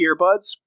earbuds